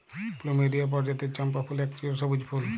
plumeria পরজাতির চম্পা ফুল এক চিরসব্যুজ ফুল